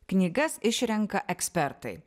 knygas išrenka ekspertai